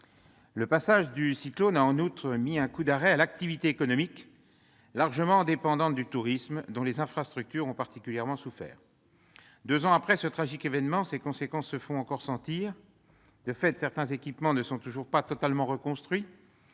Le passage de l'ouragan a en outre mis un coup d'arrêt à l'activité économique, largement dépendante du tourisme, dont les infrastructures ont particulièrement souffert. Deux ans après ce tragique événement, ses conséquences se font encore sentir. De fait, certains équipements ne sont toujours pas totalement reconstruits,